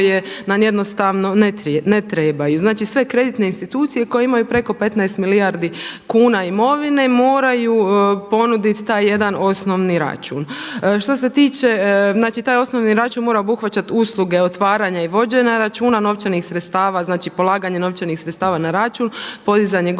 Znači sve kreditne institucije koje imaju preko 15 milijardi kuna imovine moraju ponuditi taj jedan osnovni račun. Što se tiče, znači taj osnovni račun mora obuhvaćati usluge otvaranja i vođenja računa, novčanih sredstava, znači polaganje novčanih